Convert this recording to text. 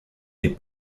des